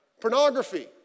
pornography